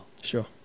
Sure